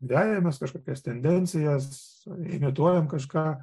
vejamės kažkokias tendencijas imituojam kažką